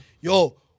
yo